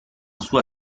sua